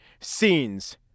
Scenes